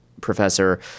professor